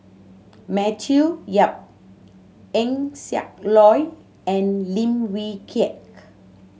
Matthew Yap Eng Siak Loy and Lim Wee Kiak